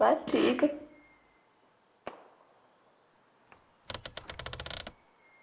बस ठीक